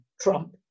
Trump